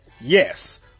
Yes